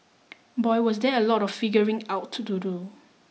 boy was there a lot of figuring out to do